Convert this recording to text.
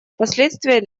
последствия